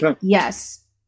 yes